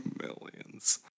Millions